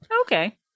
Okay